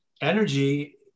energy